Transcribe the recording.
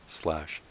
slash